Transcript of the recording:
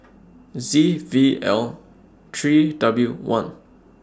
Z V L three W one